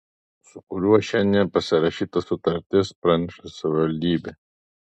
su kuriuo šiandien pasirašyta sutartis praneša savivaldybė